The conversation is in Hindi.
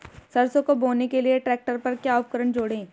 सरसों को बोने के लिये ट्रैक्टर पर क्या उपकरण जोड़ें?